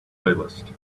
playlist